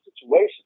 situation